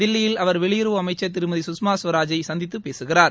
தில்லியில் அவர் வெளியுறவு அமைச்ச் திருமதி சுஷ்மா சுவராஜை சந்தித்து பேசுகிறார்